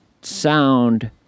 sound